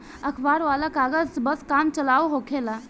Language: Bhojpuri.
अखबार वाला कागज बस काम चलाऊ होखेला